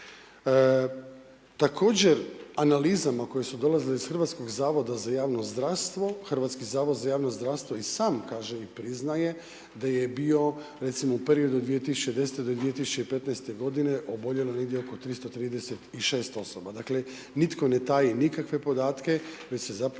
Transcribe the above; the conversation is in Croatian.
Također analizama koje su dolazile iz Hrvatskog zavoda za javno zdravstvo, Hrvatski zavod za javno zdravstvo i sam kaže i priznaje da je bio recimo u periodu od 2010. do 2015. godine oboljelo negdje oko 336 osoba. Dakle, nitko ne taji nikakve podatke jer se zapravo